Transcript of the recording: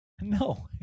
No